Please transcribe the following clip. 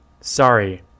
sorry